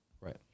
Right